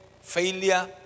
failure